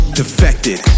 defected